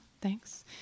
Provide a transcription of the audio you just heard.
thanks